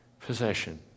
Possession